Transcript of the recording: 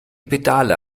pedale